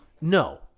No